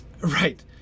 Right